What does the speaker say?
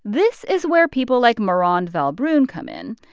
this is where people like mirande valbrune come in.